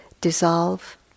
dissolve